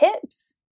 Tips